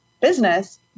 business